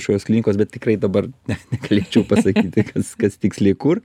kažkokios klinikos bet tikrai dabar ne negalėčiau pasakyti kas kas tiksliai kur